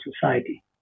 society